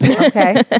Okay